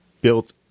built